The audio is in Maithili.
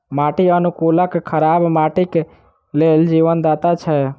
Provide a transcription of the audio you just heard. माटि अनुकूलक खराब माटिक लेल जीवनदाता छै